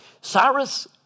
Cyrus